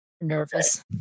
Nervous